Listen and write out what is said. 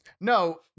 No